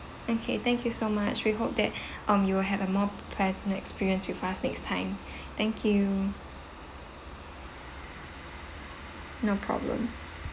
okay thank you so much we hope that um you will have a more pleasant experience with us next time thank you no problem